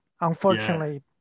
unfortunately